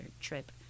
trip